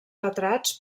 retrats